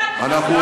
וראש הממשלה,